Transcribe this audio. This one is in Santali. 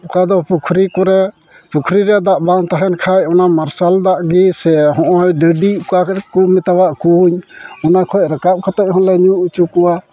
ᱚᱠᱟ ᱫᱚ ᱯᱩᱠᱷᱨᱤ ᱠᱚᱨᱮᱡ ᱯᱩᱠᱷᱨᱤ ᱨᱮ ᱫᱟᱜ ᱵᱟᱝ ᱛᱟᱦᱮᱱ ᱠᱷᱟᱡ ᱚᱱᱟ ᱢᱟᱨᱥᱟᱞ ᱫᱟᱜ ᱜᱮ ᱥᱮ ᱦᱚᱜᱼᱚᱸᱭ ᱰᱟᱹᱰᱤ ᱚᱠᱟ ᱠᱚᱨᱮᱠᱚ ᱢᱮᱛᱟᱣᱟᱜ ᱠᱩᱧ ᱚᱱᱟ ᱠᱷᱚᱡ ᱨᱟᱠᱟᱵ ᱠᱟᱛᱮᱡ ᱦᱚᱸ ᱞᱮ ᱧᱩ ᱚᱪᱚ ᱠᱚᱣᱟ